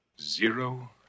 Zero